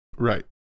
Right